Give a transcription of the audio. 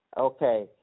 Okay